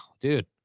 dude